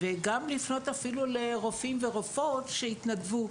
ואפילו לפנות לרופאים ורופאות שיתנדבו,